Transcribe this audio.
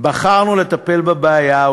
בחרנו לטפל בבעיה,